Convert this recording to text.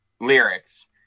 lyrics